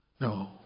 No